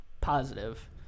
positive